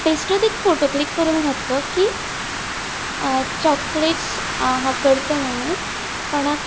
बेश्टो एक photo click करून घातलो की चॉकलेट्स हांव करता म्हणून कोणाक